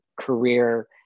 career